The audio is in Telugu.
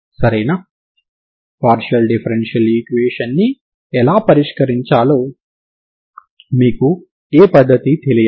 సరేనా పార్షియల్ డిఫరెన్షియల్ ఈక్వేషన్ ని ఎలా పరిష్కరించాలో మీకు ఏ పద్ధతి తెలియదు